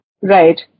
Right